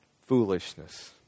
foolishness